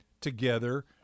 together